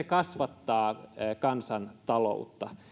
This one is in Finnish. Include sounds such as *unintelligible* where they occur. *unintelligible* kasvattaa kansantaloutta